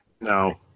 no